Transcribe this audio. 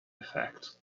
effect